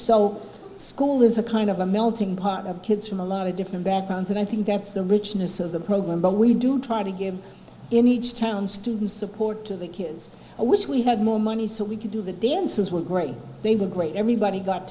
so school is a kind of a melting pot of kids from a lot of different backgrounds and i think that's the richness of the program but we do try to give in each town students support to the kids i wish we had more money so we could do the dances were great they were great everybody got